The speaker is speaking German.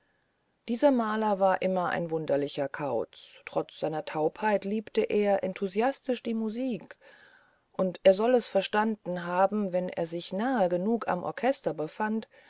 dieser maler war immer ein wunderlicher kauz trotz seiner taubheit liebte er enthusiastisch die musik und er soll es verstanden haben wenn er sich nahe genug am orchester befand